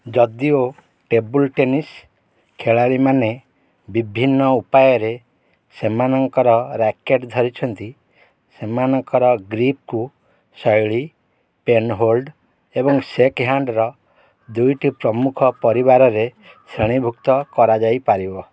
ଯଦିଓ table tennis ଖେଳାଳିମାନେ ବିଭିନ୍ନ ଉପାୟରେ ସେମାନଙ୍କର ରାକେଟ୍ ଧରିଛନ୍ତି ସେମାନଙ୍କର ଗ୍ରିପ୍କୁ ଶୈଳୀ ପେନ୍ହୋଲ୍ଡ ଏବଂ ଶେକ୍ହ୍ୟାଣ୍ଡର ଦୁଇଟି ପ୍ରମୁଖ ପରିବାରରେ ଶ୍ରେଣୀଭୁକ୍ତ କରାଯାଇପାରିବ